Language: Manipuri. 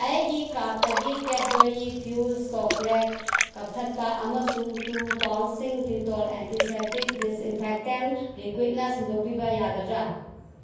ꯑꯩꯒꯤ ꯗꯥꯔꯠꯇꯒꯤ ꯀꯦꯗꯕꯔꯤ ꯐꯤꯌꯨꯁ ꯆꯣꯀ꯭ꯂꯦꯠ ꯀꯛꯊꯠꯄ ꯑꯃꯁꯨꯡ ꯇꯨ ꯄꯥꯎꯟꯁꯤꯡ ꯗꯤꯇꯣꯜ ꯑꯦꯟꯇꯤꯁꯦꯞꯇꯤꯞ ꯗꯤꯁꯏꯟꯐꯦꯛꯇꯦꯟ ꯂꯤꯀ꯭ꯋꯤꯠꯅ ꯁꯤꯟꯗꯣꯛꯄꯤꯕ ꯌꯥꯒꯗ꯭ꯔꯥ